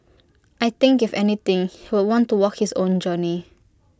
I think if anything he would want to walk his own journey